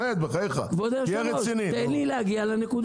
כבוד היושב-ראש, תן לי להגיע לנקודה.